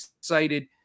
excited